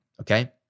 Okay